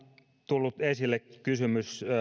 tullut esille kysymys